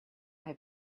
have